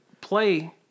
play